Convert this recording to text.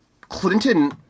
Clinton